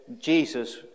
Jesus